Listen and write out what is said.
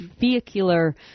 vehicular